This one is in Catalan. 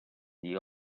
dir